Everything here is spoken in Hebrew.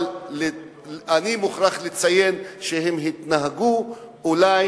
אבל אני מוכרח לציין שהם התנהגו אולי